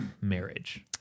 Marriage